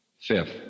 Fifth